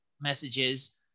messages